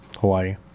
Hawaii